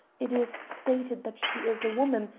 it is stated that she is a woman,